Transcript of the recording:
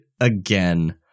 again